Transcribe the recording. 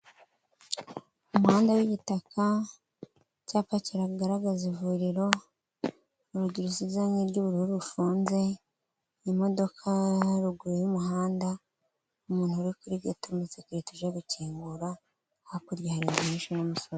Umuhanda w'igitaka, icyapa kiragaragaza ivuriro, urugi rusize irange ry'ubururu rufunze imodoka haruguru y'umuhanda, umuntu uri kuri geti w'umusekirite uje gukingura, hakurya hari inzu nyinshi n'umusozi.